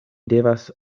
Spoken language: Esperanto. devas